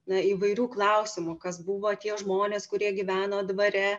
na įvairių klausimų kas buvo tie žmonės kurie gyveno dvare